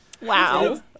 Wow